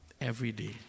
Everyday